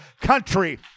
country